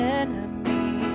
enemy